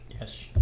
Yes